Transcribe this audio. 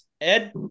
Ed